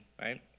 right